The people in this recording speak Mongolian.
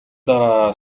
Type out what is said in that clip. дараа